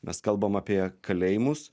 mes kalbam apie kalėjimus